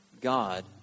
God